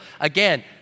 Again